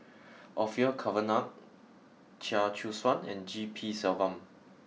Orfeur Cavenagh Chia Choo Suan and G P Selvam